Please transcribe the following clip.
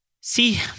See